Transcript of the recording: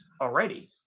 already